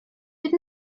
bydd